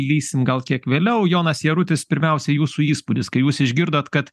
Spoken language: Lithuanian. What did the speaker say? lįsim gal kiek vėliau jonas jarutis pirmiausia jūsų įspūdis kai jūs išgirdot kad